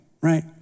right